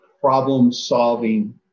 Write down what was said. problem-solving